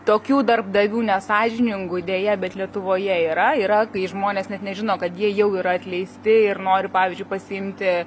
tokių darbdavių nesąžiningų deja bet lietuvoje yra yra kai žmonės net nežino kad jie jau yra atleisti ir nori pavyzdžiui pasiimti